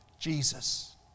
Jesus